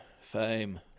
fame